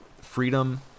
freedom